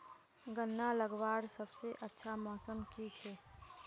गन्ना लगवार सबसे अच्छा मौसम की छे?